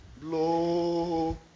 blow